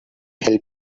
help